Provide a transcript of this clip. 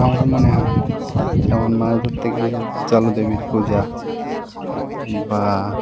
আমার মনে হয় যেমন মাছ ধরতে গেলে জলদেবীর পূজা বা